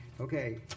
okay